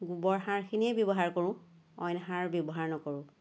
গোবৰ সাৰখিনিয়েই ব্যৱহাৰ কৰোঁ অইন সাৰ ব্যৱহাৰ নকৰোঁ